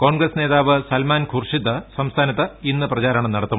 കോൺഗ്രസ് നേതാവ് ് സൽമാൻഖുർഷിത് സംസ്ഥാനത്ത് ഇന്ന് പ്രചാരണം നടത്തും